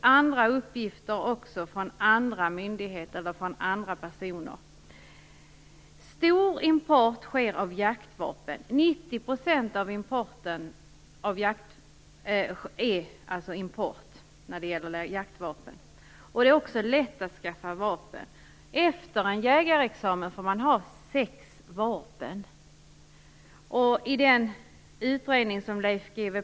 Men det finns andra uppgifter också, från andra personer. Stor import sker av jaktvapen. 90 % av dem importeras. Det är också lätt att skaffa vapen. Efter en jägarexamen får man ha sex vapen. I den utredning som Leif G.W.